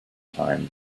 time